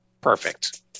Perfect